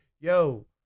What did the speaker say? yo